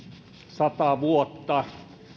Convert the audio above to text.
sata vuotta